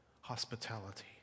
hospitality